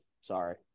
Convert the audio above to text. Sorry